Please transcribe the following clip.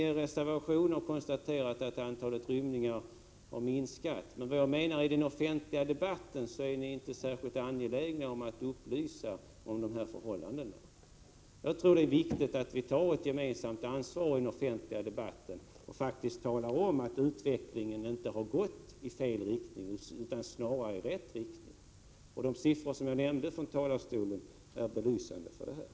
I er reservation konstaterar ni att antalet rymningar har minskat, men jag menar att ni i den offentliga debatten inte är särskilt angelägna om att upplysa om detta förhållande. Det är viktigt att vi tar ett gemensamt ansvar och i den offentliga debatten talar om att utvecklingen faktiskt inte har gått i fel riktning utan snarare i rätt riktning. De siffror jag nämnde från talarstolen belyser detta faktum.